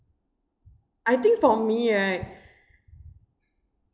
I think for me right